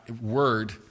word